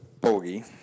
bogey